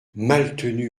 maltenu